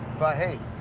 but, hey,